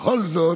בכל זאת,